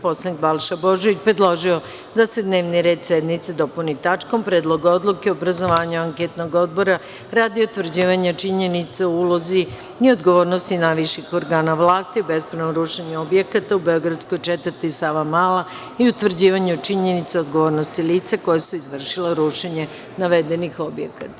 Narodni poslanik Balša Božović predložio je da se dnevni red sednice dopuni tačkom – Predlog odluke o obrazovanju anketnog odbora radi utvrđivanja činjenice o ulozi i odgovornosti najviših organa vlasti u bespravnom rušenju objekata u beogradskoj četvrti Savamala i utvrđivanju činjenica o odgovornosti lica koja su izvršila rušenje navedenih objekata.